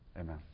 amen